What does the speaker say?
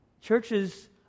churches